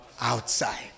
outside